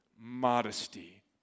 modesty